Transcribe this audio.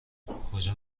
کجا